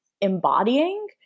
embodying